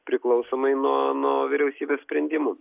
priklausomai nuo nuo vyriausybės sprendimų